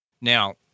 Now